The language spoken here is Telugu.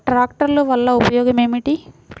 ట్రాక్టర్లు వల్లన ఉపయోగం ఏమిటీ?